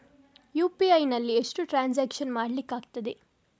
UPI ನಲ್ಲಿ ಎಷ್ಟು transaction ಮಾಡ್ಲಿಕ್ಕೆ ಆಗ್ತದೆ?